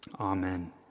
Amen